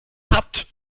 habt